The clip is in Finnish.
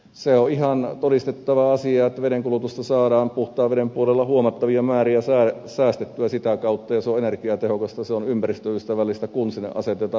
se on ihan todistettava asia että vedenkulutusta saadaan puhtaan veden puolella huomattavia määriä vähennettyä sitä kautta ja se on energiatehokasta se on ympäristöystävällistä kun sinne asetetaan mittari